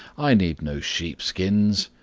i need no sheep-skins.